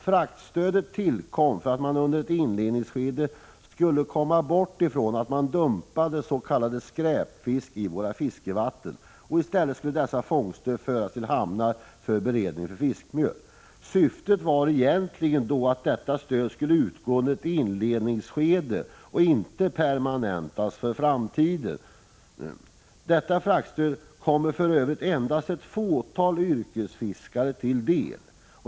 Fraktstödet tillkom för att man under ett inledningsskede skulle komma bort ifrån att s.k. skräpfisk dumpades i våra fiskevatten. I stället skulle dessa fångster föras till hamnarna för beredning av fiskmjöl. Syftet var egentligen att detta stöd skulle utgå under ett inledningsskede och inte permanentas för framtiden. Detta fraktstöd kommer för övrigt endast ett fåtal yrkesfiskare till del.